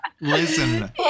listen